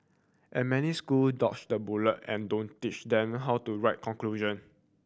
and many school dodge the bullet and don't teach them how to write conclusion